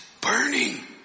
burning